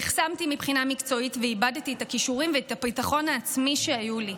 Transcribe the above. נחסמתי מבחינה מקצועית ואיבדתי את הכישורים והביטחון העצמי שהיו לי,